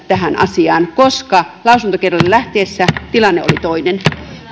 tähän asiaan koska esityksen lähtiessä lausuntokierrokselle tilanne oli toinen